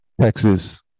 Texas